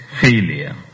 failure